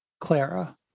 Clara